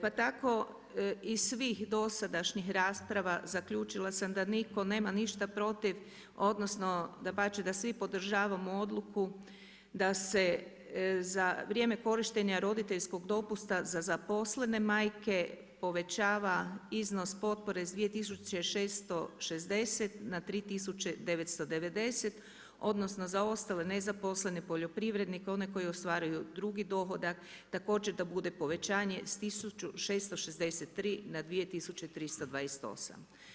Pa tako iz svih dosadašnjih rasprava zaključila sam da nitko nema ništa protiv odnosno dapače da svi podržavamo odluku da se za vrijeme korištenja roditeljskog dopusta za zaposlene majke povećava iznos potpore s 2660 na 3990 odnosno za ostale nezaposlene poljoprivrednike oni koji ostvaruju drugi dohodak također da bude povećanje s 1663 na 2328.